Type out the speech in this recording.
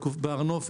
בהר נוף,